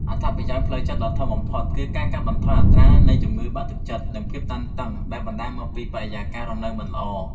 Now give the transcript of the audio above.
អត្ថប្រយោជន៍ផ្លូវចិត្តដ៏ធំបំផុតគឺការកាត់បន្ថយអត្រានៃជំងឺបាក់ទឹកចិត្ត និងភាពតានតឹង ដែលបណ្ដាលមកពីបរិយាកាសរស់នៅមិនល្អ។